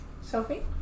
Sophie